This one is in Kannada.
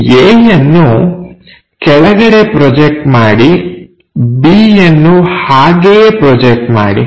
ಈ A ಯನ್ನು ಕೆಳಗೆ ಪ್ರೊಜೆಕ್ಟ್ ಮಾಡಿ Bಯನ್ನು ಹಾಗೆಯೇ ಪ್ರೊಜೆಕ್ಟ್ ಮಾಡಿ